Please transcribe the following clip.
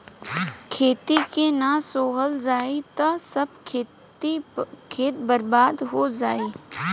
खेत के ना सोहल जाई त सब खेत बर्बादे हो जाई